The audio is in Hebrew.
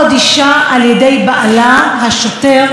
עם הנשק שהוא נשא כדין.